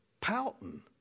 pouting